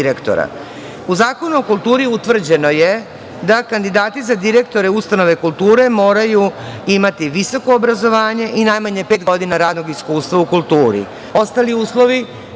Zakonu o kulturi utvrđeno je da kandidati za direktore ustanove kulture moraju imati visoko obrazovanje i najmanje pet godina radnog iskustva u kulturi. Ostali uslovi